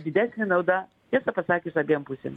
didesnė nauda tiesą pasakius abiem pusėm